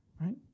right